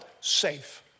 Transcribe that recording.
safe